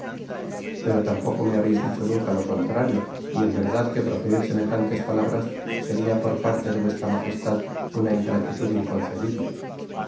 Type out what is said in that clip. poro tampoco me habeis dicho nunca lo contrario y en verdad que proferir semejantes palabras seria por parte de v m una ingratitud inconcebible